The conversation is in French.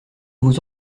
vous